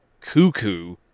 cuckoo